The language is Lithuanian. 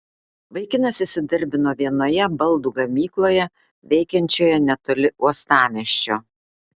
vaikinas įsidarbino vienoje baldų gamykloje veikiančioje netoli uostamiesčio